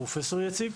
הפרופ' יציב.